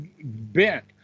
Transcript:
bent